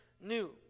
new